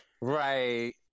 right